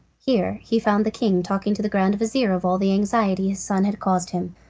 here he found the king talking to the grand-vizir of all the anxiety his son had caused him.